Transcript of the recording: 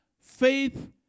Faith